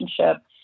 relationship